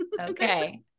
Okay